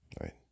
right